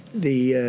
the